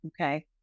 okay